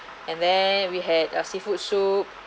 and then we had our seafood soup